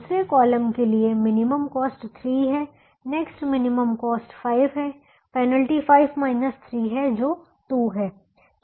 दूसरे कॉलम के लिए मिनिमम कॉस्ट 3 है नेक्स्ट मिनिमम कॉस्ट 5 है पेनल्टी 5 3 है जो 2 है